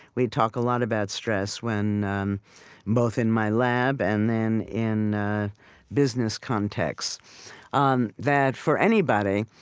we talk a lot about stress when um both in my lab, and then in a business context um that for anybody,